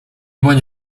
bądź